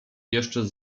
jeszcze